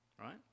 right